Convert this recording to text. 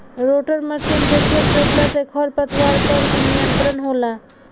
rotor machine से खेत जोतला से खर पतवार पर भी नियंत्रण होला